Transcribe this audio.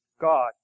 God